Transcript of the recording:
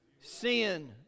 sin